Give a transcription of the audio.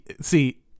see-